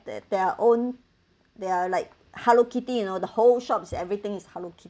their their own there are like hello kitty you know the whole shops everything is hello kitty